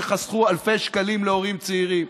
שחסכו אלפי שקלים להורים צעירים,